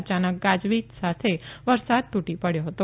અયાનક ગાજવીજ સાથે વરસાદ તુટી પડયો હતો